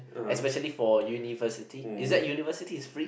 especially for university is that university is free